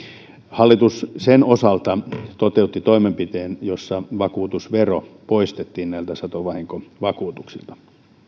hallitus niiden osalta toteutti toimenpiteen jossa vakuutusvero poistettiin näiltä satovahinkovakuutuksilta